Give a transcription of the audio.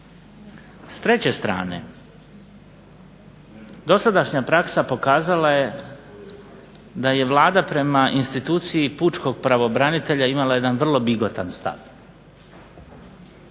S treće strane, dosadašnja praksa pokazala je da je Vlada prema instituciji pučkog pravobranitelja imala jedan vrlo bigotan stav.